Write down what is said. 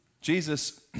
Jesus